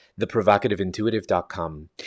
theprovocativeintuitive.com